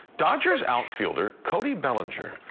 dodgers outfielder cody bellinger.